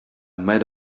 met